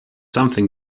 something